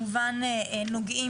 היא ציינה